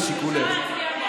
לשיקולך.